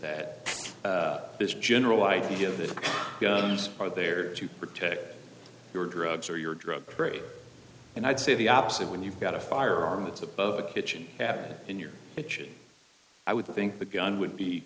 that this general idea of the guns are there to protect your drugs or your drug trade and i'd say the opposite when you've got a firearm it's a kitchen cabinet in your kitchen i would think the gun would be